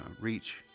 reach